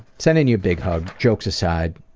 sending you a big hug, jokes aside.